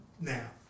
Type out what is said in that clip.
Now